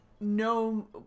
No